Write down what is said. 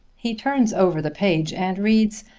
he turns over the page and reads,